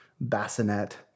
bassinet